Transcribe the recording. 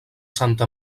santa